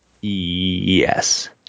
Yes